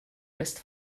west